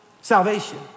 salvation